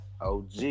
OG